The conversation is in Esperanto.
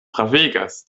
pravigas